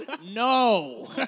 no